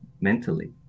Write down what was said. mentally